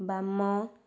ବାମ